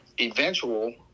eventual